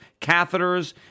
catheters